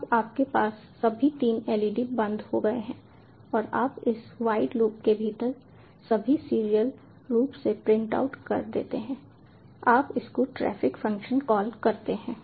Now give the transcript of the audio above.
अब आपके पास सभी तीन LED बंद हो गए हैं और आप इस वॉइड लूप के भीतर सभी सीरियली रूप से प्रिंट आउट कर देते हैं आप इसको ट्रैफ़िक फ़ंक्शन कॉल करते हैं